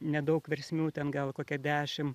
nedaug versmių ten gal kokie dešim